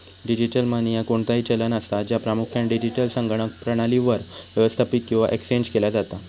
digital money ह्या कोणताही चलन असा, ज्या प्रामुख्यान डिजिटल संगणक प्रणालीवर व्यवस्थापित किंवा एक्सचेंज केला जाता